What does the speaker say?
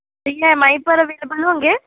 E M I پر available ہوں گے